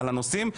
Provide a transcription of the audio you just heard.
על הנושאים.